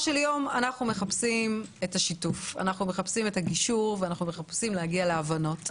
של יום אנחנו מחפשים את השיתוף ואת הגישור ומחפשים להגיע להבנות.